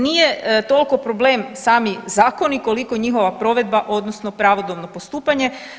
Nije toliko problem sami zakoni koliko njihova provedba odnosno pravodobno postupanje.